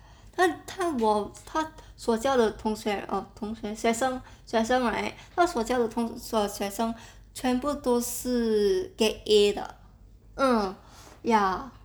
他他我他所教的同学 err 同学学生学生 right 他所教的同 sorry 学生全部都是 get A 的 uh ya